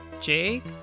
Jake